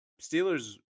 Steelers